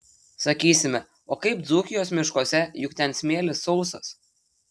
sakysime o kaip dzūkijos miškuose juk ten smėlis sausas